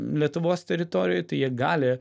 lietuvos teritorijoj tai jie gali